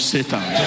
Satan